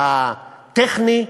הטכני,